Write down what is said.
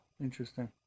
Interesting